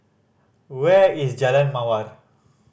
where is Jalan Mawar